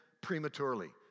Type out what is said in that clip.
prematurely